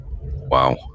Wow